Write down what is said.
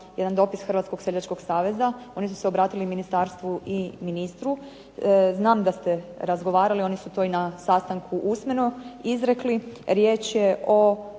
jedan dopis Hrvatskog seljačkog saveza. Oni su se obratili ministarstvu i ministru. Znam da ste razgovarali, oni su to i na sastanku usmeno izrekli. Riječ je o